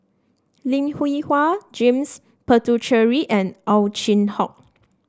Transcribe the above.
Lim Hwee Hua James Puthucheary and Ow Chin Hock